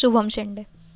शुभम् शेंडे